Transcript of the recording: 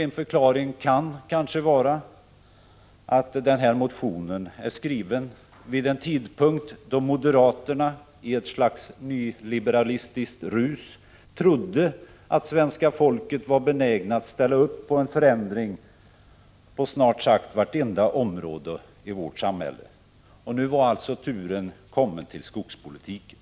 En förklaring kan kanske vara att den här motionen är skriven vid en tidpunkt då moderaterna, i ett slags nyliberalistiskt rus, trodde att svenska folket var benäget att ställa upp på en förändring av snart sagt vartenda område i vårt samhälle. Och nu var alltså turen kommen till skogspolitiken.